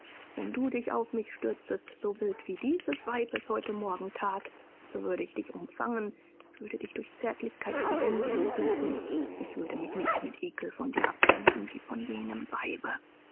wenn du dich auf mich stürztest so wild wie dieses weib es heute morgen that so würde ich dich umfangen ich würde dich durch zärtlichkeit zu bändigen suchen ich würde mich nicht mit ekel von dir abwenden wie von jenem weibe